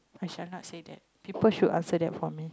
I shall not say that people should answer that for me